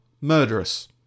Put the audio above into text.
murderous